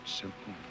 simple